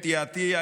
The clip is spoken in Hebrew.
אתי עטייה,